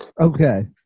Okay